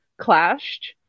clashed